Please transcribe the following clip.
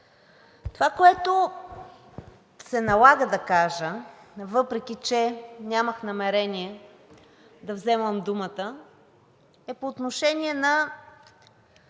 Това, което се налага да кажа, въпреки че нямах намерение да вземам думата, е по отношение на